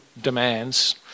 demands